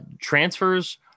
Transfers